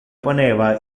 poneva